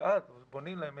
ובונים להם